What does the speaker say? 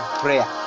prayer